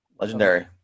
Legendary